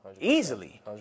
Easily